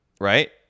right